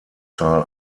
zahl